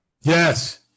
Yes